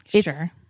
Sure